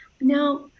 Now